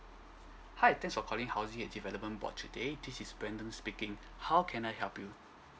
hi thanks for calling housing development board today this is brandon speaking how can I help you